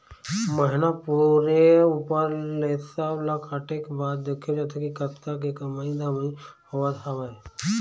महिना पूरे ऊपर ले सब ला काटे के बाद देखे जाथे के कतका के कमई धमई होवत हवय